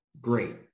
Great